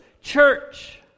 church